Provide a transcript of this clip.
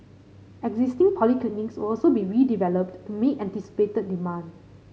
existing polyclinics will also be redeveloped to meet anticipated demand